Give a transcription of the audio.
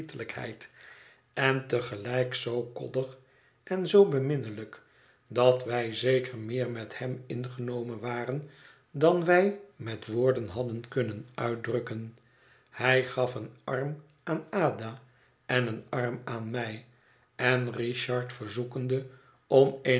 en te gelijk zoo koddig en zoo beminnelijk dat wij zeker meer met hem ingenomen waren dan wij met woorden hadden kunnen uitdrukken hij gaf een arm aan ada en een arm aan mij en richard verzoekende om